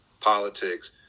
politics